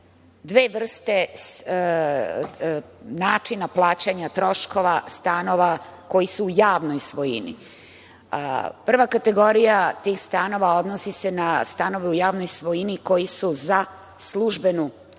dve vrste načina plaćanja troškova stanova koji su u javnoj svojini. Prva kategorija tih stanova odnosi se na stanove u javnoj svojini i koji su za službenu